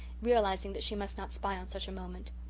realising that she must not spy on such a moment.